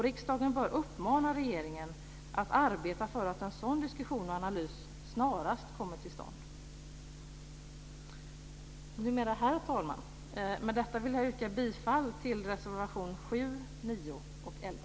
Riksdagen bör uppmana regeringen att arbeta för att en sådan diskussion och analys snarast kommer till stånd. Herr talman! Med detta vill jag yrka bifall till reservation 7, 9 och 11.